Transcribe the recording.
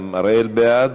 גם אראל בעד.